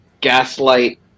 gaslight